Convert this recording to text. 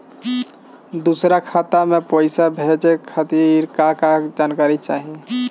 दूसर खाता में पईसा भेजे के खातिर का का जानकारी चाहि?